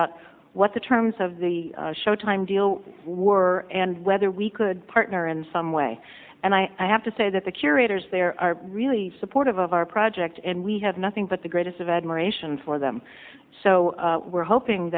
out what the terms of the showtime deal were and whether we could partner in some way and i have to say that the curators there are really supportive of our project and we have nothing but the greatest of admiration for them so we're hoping